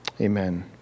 amen